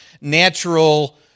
natural